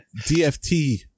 DFT